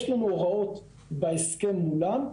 יש לנו הוראות בהסכם מולם,